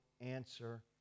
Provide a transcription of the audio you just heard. answer